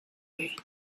way